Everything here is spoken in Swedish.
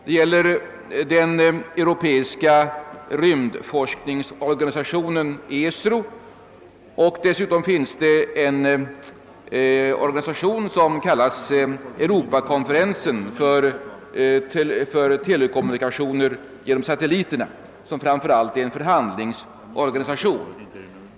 Det är den europeiska rymdforskningsorganisationen, ESRO. Dessutom finns det en organisation som kallas europeiska konferensen för telekommunikationer genom satelliter och som framför allt är en förhandlingsorganisation.